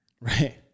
right